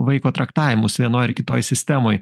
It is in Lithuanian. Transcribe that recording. vaiko traktavimus vienoj ar kitoje sistemoj